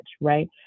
right